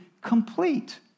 complete